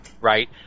right